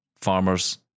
Farmers